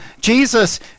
Jesus